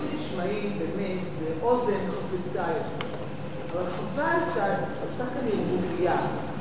אבל חבל שאת עושה כאן ערבוביה,